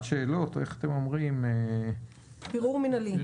לבירור מינהלי,,